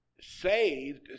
saved